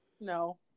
No